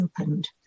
opened